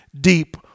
deep